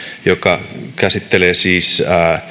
joka käsittelee siis